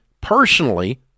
personally